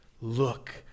Look